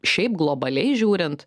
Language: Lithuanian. šiaip globaliai žiūrint